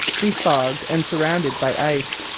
befogged and surrounded by ice.